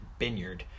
Binyard